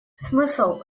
смысл